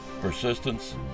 persistence